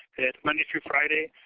it's monday through friday.